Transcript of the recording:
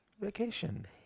Vacation